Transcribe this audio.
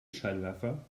scheinwerfer